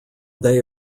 they